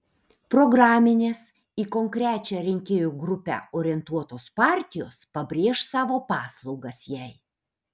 programinės į konkrečią rinkėjų grupę orientuotos partijos pabrėš savo paslaugas jai